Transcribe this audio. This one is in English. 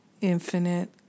infinite